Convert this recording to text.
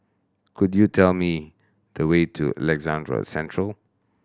could you tell me the way to Alexandra Central